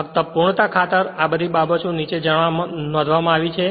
ફક્ત પૂર્ણતા ખાતર આ બધી બાબતો નીચે નોંધવામાં આવી છે